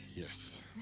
Yes